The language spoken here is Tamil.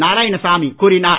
நாராயணசாமி கூறினார்